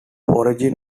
origin